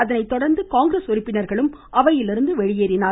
அதனைத்தொடர்ந்து காங்கிரஸ் உறுப்பினர்களும் அவையிலிருந்து வெளியேறினார்கள்